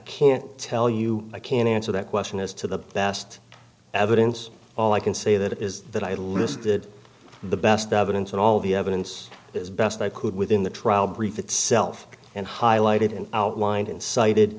can't tell you i can't answer that question as to the best evidence all i can say that is that i listed the best evidence and all the evidence as best i could within the trial brief itself and highlighted and outlined incited